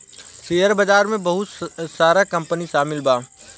share बाजार में बहुत सारा कंपनी शामिल बा